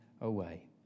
away